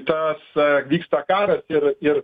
tas vyksta karas ir ir